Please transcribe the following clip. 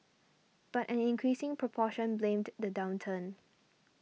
but an increasing proportion blamed the downturn